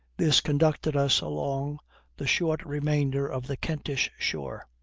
this conducted us along the short remainder of the kentish shore.